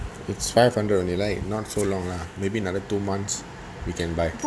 its five hundred only right not so long lah maybe another two months we can buy